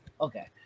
Okay